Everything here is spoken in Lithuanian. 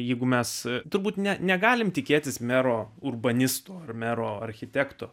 jeigu mes turbūt ne negalime tikėtis mero urbanisto ar mero architekto